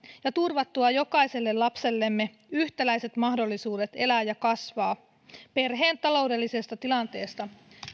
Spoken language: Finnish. ja turvattua jokaiselle lapsellemme yhtäläiset mahdollisuudet elää ja kasvaa perheen taloudellisesta tilanteesta